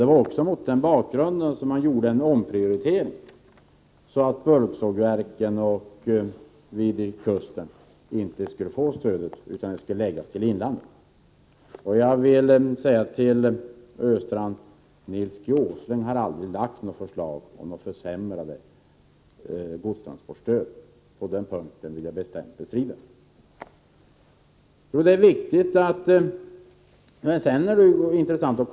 Det var också mot den bakgrunden som man gjorde en omprioritering så att bulksågverken vid kusten inte skulle få stödet, utan det skulle gå till inlandet. Nils G. Åsling har aldrig, Olle Östrand, lagt fram något förslag om att försämra godstransportstödet. På den punkten vill jag bestämt bestrida Olle Östrands uppgift.